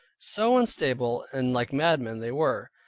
so unstable and like madmen they were.